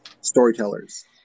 Storytellers